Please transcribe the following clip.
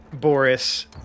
Boris